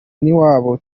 n’iwabo